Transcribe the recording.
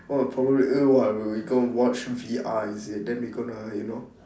oh probably eh what we gonna watch some V_R is it then we're gonna you know